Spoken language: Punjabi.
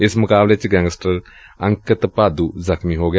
ਇਸ ਮੁਕਾਬਲੇ ਚ ਗੈਂਗਸਟਰ ਅੰਕਿਤ ਭਾਦੁ ਜ਼ਖ਼ਮੀ ਹੋ ਗਿਆ